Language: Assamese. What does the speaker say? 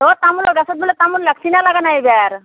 অ' তামোলৰ গছত বোলে তামোল লাগিছেনে লগা নাই এইবাৰ